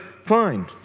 fine